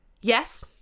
Yes